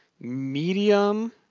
Medium